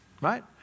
right